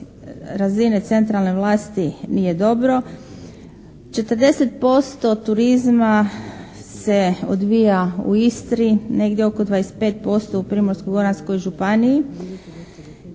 razine centralne vlasti nije dobro. 40% turizma se odvija u Istri, negdje oko 25% u Primorsko-goranskoj županiji,